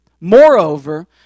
Moreover